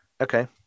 Okay